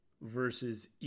versus